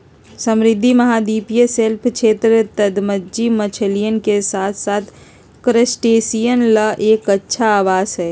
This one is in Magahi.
समृद्ध महाद्वीपीय शेल्फ क्षेत्र, तलमज्जी मछलियन के साथसाथ क्रस्टेशियंस ला एक अच्छा आवास हई